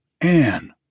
Anne